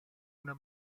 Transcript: una